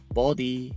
body